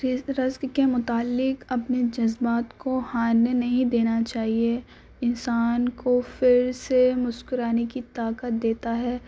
risk رقص کے متعلق اپنے جذبات کو ہارنے نہیں دینا چاہیے انسان کو پھر سے مسکرانے کی طاقت دیتا ہے